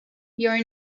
your